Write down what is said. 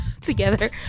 together